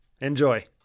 Enjoy